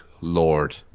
lord